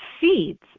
seeds